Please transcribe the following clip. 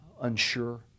unsure